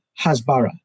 Hasbara